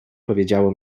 powiedziało